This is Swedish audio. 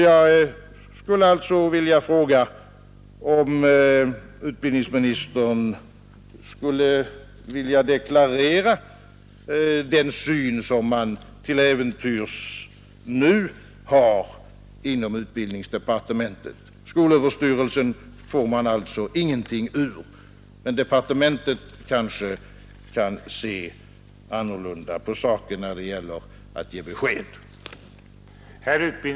Jag skulle då vilja fråga, om utbildningsministern ville deklarera den syn som man till äventyrs nu har inom utbildningsdepartementet. Skolöverstyrelsen får man ingenting ur, men departementet kanske ser annorlunda på saken när det gäller att ge besked.